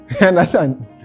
understand